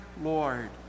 Lord